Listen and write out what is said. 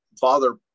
father